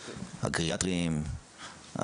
הגריאטריים,